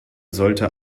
sollte